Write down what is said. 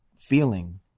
feeling